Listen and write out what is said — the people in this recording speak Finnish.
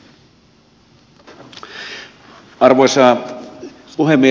arvoisa puhemies